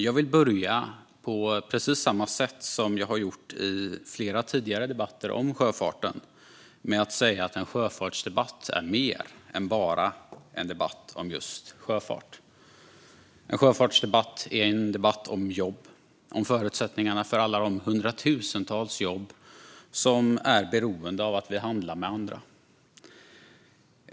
Jag vill börja på precis samma sätt som jag har gjort i flera tidigare debatter om sjöfarten med att säga att en sjöfartsdebatt är mer än bara en debatt om just sjöfart. En sjöfartsdebatt är en debatt om jobb, om förutsättningarna för alla de hundratusentals jobb som är beroende av att vi handlar med andra.